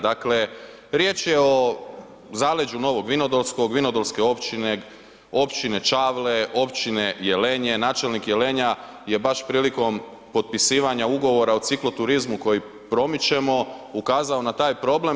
Dakle riječ je o zaleđu Novog Vinodolskog, Vinodolske općine, općine Čavle, općine Jelenje, načelnik Jelenja je baš prilikom potpisivanja ugovora o cikloturizmu koji promičemo ukazao na taj problem.